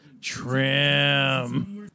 Trim